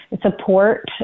support